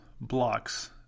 blocks